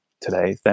today